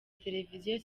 televiziyo